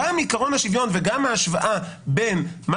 גם עיקרון השוויון וגם ההשוואה בין מה